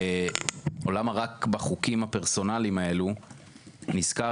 או למה רק בחוקים הפרסונליים האלו נזכר